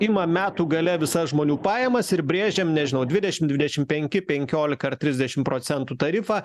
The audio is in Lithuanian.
imam metų gale visas žmonių pajamas ir brėžiam nežinau dvidešim dvidešim penki penkiolika ar trisdešim procentų tarifą